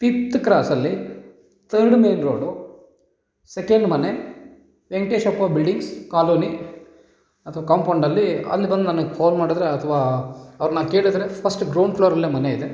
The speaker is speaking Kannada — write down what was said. ಫಿಫ್ತ್ ಕ್ರಾಸ್ ಅಲ್ಲಿ ತರ್ಡ್ ಮೇಯ್ನ್ ರೋಡು ಸೆಕೆಂಡ್ ಮನೆ ವೆಂಕಟೇಶಪ್ಪ ಬಿಲ್ಡಿಂಗ್ಸ್ ಕಾಲೋನಿ ಅಥ್ವಾ ಕಾಂಪೌಂಡ್ ಅಲ್ಲಿ ಅಲ್ಲಿ ಬಂದು ನನಗೆ ಫೋನ್ ಮಾಡಿದ್ರೆ ಅಥ್ವಾ ಅವ್ರನ್ನ ಕೇಳಿದರೆ ಫಸ್ಟ್ ಗ್ರೌಂಡ್ ಫ್ಲೋರಲ್ಲೇ ಮನೆ ಇದೆ